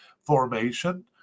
formation